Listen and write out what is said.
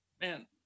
man